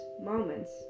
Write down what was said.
moments